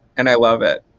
and i love it.